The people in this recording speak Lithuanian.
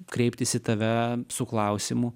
kreiptis į tave su klausimu